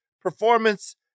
performance